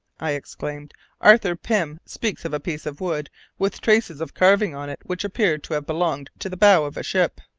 i exclaimed arthur pym speaks of a piece of wood with traces of carving on it which appeared to have belonged to the bow of a ship.